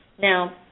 Now